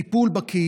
של טיפול בקהילה,